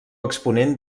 exponent